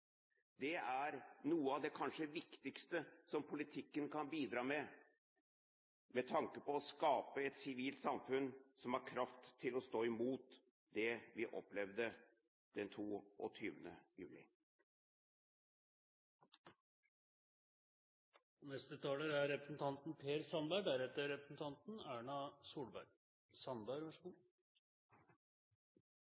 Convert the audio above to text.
Det er kanskje noe av det viktigste som politikken kan bidra med, med tanke på å skape et sivilt samfunn som har kraft til å stå imot det vi opplevde 22. juli.